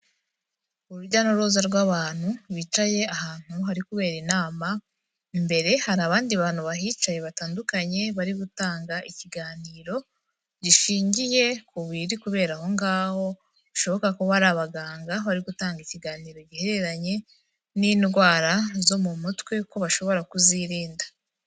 Urujya n'uruza rw'abantu bicaye ahantu hari kubera inama imbere hari abandi bantu bahicaye batandukanye bari gutanga ikiganiro gishingiye ku biri kubera aho ngaho, bishoboka ko ari abaganga bari gutanga ikiganiro giheranye n'indwara zo mu mutwe ko bashobora kuzirinda.